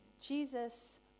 Jesus